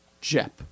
Jep